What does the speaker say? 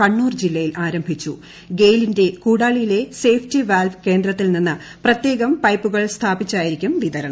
കണ്ണൂർ ജില്ലയിൽ ഗെയിലിന്റെ കൂടാളിയിലെ സേഫ്റ്റി വാൾവ് കേന്ദ്രത്തിൽ നിന്ന് പ്രത്യേകം പൈപ്പുകൾ സ്ഥാപിച്ചായിരിക്കും വിതരണം